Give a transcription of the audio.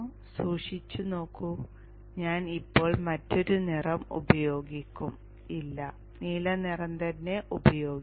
സൂക്ഷിച്ചു നോക്കൂ ഞാൻ ഇപ്പോൾ മറ്റൊരു നിറം ഉപയോഗിക്കും ഇല്ല ഞാൻ നീല നിറം തന്നെ ഉപയോഗിക്കും